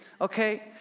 okay